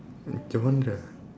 around the